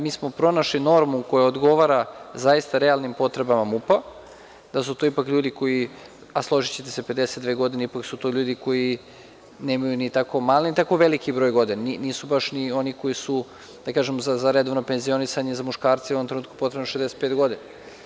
Mi smo pronašli normu koja odgovara zaista realnim potrebama MUP-a, da su to ipak ljudi koji, a složićete se, 52 godine, ipak su to ljudi koji nemaju ni tako mali ni tako veliki broj godina, nisu baš ni oni koji su za redovno penzionisanje, za muškarce je u ovom trenutku potrebno 65 godina.